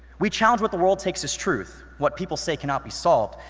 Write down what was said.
we challenge what the world takes as truth, what people say cannot be solved.